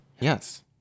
yes